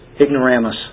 ignoramus